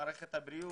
במערכת בריאות,